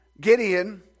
Gideon